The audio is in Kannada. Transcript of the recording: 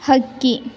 ಹಕ್ಕಿ